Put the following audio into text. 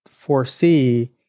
foresee